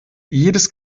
jedes